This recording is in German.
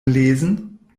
lesen